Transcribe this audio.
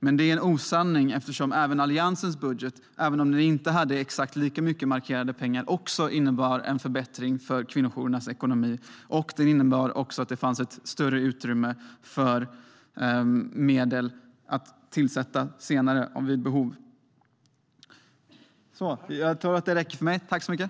Men det är en osanning eftersom Alliansens budget, även om den inte har exakt lika mycket öronmärkta pengar, också innebär en förbättring för kvinnojourernas ekonomi och ger större utrymme för att vid behov ge medel i ett senare skede.